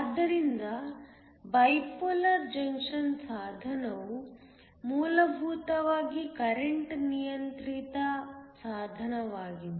ಆದ್ದರಿಂದ bipolar junction ಸಾಧನವು ಮೂಲಭೂತವಾಗಿ ಕರೆಂಟ್ ನಿಯಂತ್ರಿತ ಸಾಧನವಾಗಿದೆ